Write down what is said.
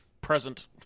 present